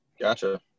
gotcha